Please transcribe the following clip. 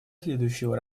следующего